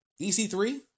EC3